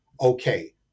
okay